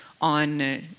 on